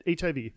HIV